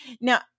Now